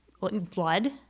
blood